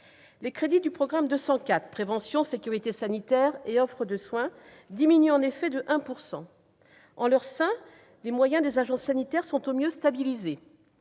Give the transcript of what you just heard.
Les crédits du programme 204, « Prévention, sécurité sanitaire et offre de soins », diminuent de 1 %. En leur sein, les moyens des agences sanitaires sont au mieux stabilisés.